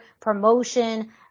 promotion